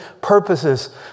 purposes